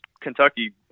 Kentucky